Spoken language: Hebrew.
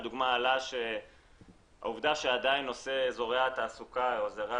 לדוגמה עלה שהעובדה שעדיין נושא אזורי התעסוקה או אזורי